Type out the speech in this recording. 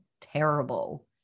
terrible